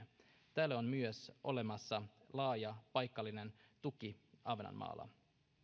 tälle on olemassa myös laaja paikallinen tuki ahvenanmaalla